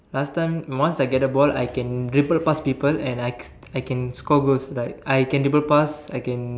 last time once I get the ball I can dribble past people and I I can score goals like I dribble past I can